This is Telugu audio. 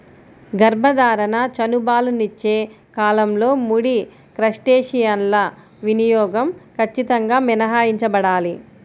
గర్భధారణ, చనుబాలిచ్చే కాలంలో ముడి క్రస్టేసియన్ల వినియోగం ఖచ్చితంగా మినహాయించబడాలి